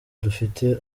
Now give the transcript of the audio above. dufite